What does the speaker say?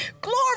Glory